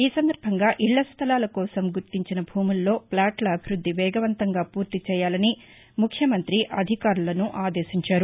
ఈ సందర్భంగా ఇళ్లస్దలాల కోసం గుర్తించిన భూముల్లో ప్లాట్ల అభివృద్ది వేగవంతంగా పూర్తిచేయాలని ముఖ్యమంతి అధికారులను ఆదేశించారు